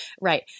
Right